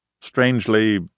strangely